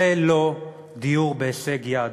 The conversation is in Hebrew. זה לא דיור בהישג יד.